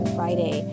Friday